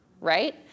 right